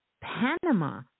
Panama